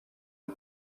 une